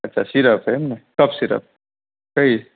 અચ્છા શીરપ એમને cough syrup કઈ